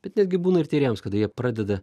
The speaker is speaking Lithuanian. bet netgi būna ir tyrėjams kada jie pradeda